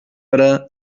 hora